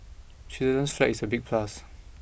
Switzerland's flag is a big plus